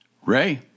Ray